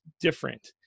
different